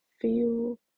feel